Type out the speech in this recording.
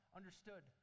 understood